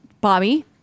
bobby